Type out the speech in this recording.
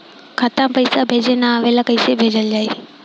खाता में पईसा भेजे ना आवेला कईसे भेजल जाई?